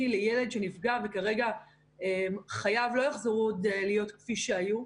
לילד שנפגע וכרגע חייו לא יחזרו להיות כפי שהיו,